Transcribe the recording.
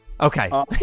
okay